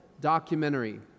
documentary